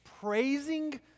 praising